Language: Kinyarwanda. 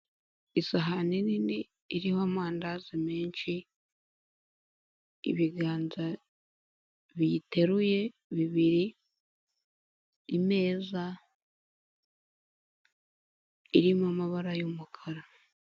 Isahani nini iriho amandazi menshi, ibiganza biyiteruye bibiri, imeza irimo amabara y'umukara.